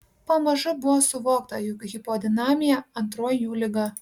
pamažu buvo suvokta jog hipodinamija antroji jų liga